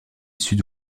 sud